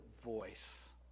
voice